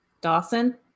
Dawson